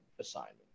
assignment